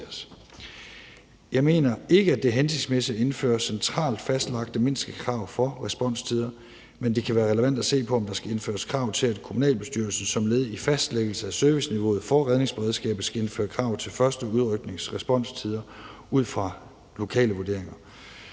Jeg mener ikke, at det er hensigtsmæssigt at indføre centralt fastlagte mindstekrav for responstider, men det kan være relevant at se på, om der skal indføres krav til, at kommunalbestyrelser som led i fastlæggelse af serviceniveauet for redningsberedskabet skal indføre krav til første udryknings responstider ud fra lokale vurderinger.